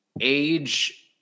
age